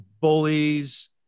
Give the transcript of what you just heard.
bullies